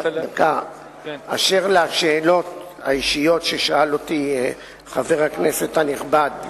אשר לשאלות האישיות ששאל אותי חבר הכנסת הנכבד,